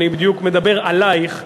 אני בדיוק מדבר עלייך ואלייך,